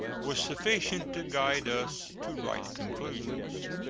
was sufficient to guide us to right conclusions.